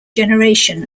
generation